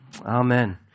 Amen